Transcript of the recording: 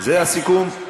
זה הסיכום?